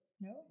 No